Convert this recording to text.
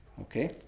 Okay